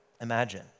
imagine